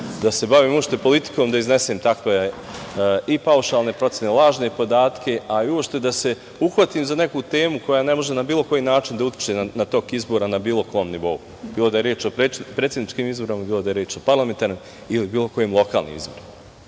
da se bavim uopšte politikom da iznesem takve i paušalne procene, lažne podatke, a i uopšte da se uhvatim za neku temu koja ne može na bilo koji način da utiče na tok izbora, na bilo kom nivou, bilo da je reč o predsedničkim izborima, bilo da je reč o parlamentarnim ili bilo kojim lokalnim izborima. Ja